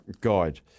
Guide